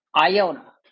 Iona